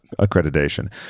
accreditation